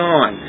on